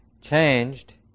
changed